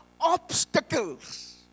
obstacles